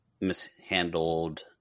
mishandled